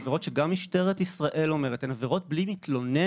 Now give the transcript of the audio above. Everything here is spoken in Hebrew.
עבירות שגם משטרת ישראל אומרת שהן עבירות בלי מתלונן,